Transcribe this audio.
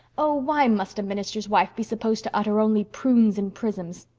oh, why must a minister's wife be supposed to utter only prunes and prisms?